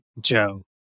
Joe